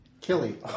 Killy